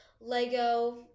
Lego